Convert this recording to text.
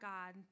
God